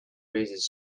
raises